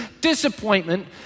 Disappointment